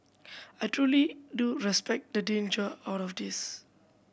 I truly do respect the danger out of this